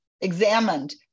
examined